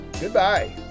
Goodbye